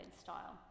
style